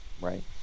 Right